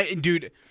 Dude